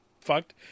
fucked